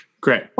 Great